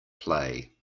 play